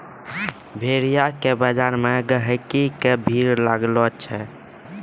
भेड़िया के बजार मे गहिकी के भीड़ लागै छै